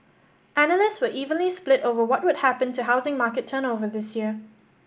analysts were evenly split over what would happen to housing market turn over this year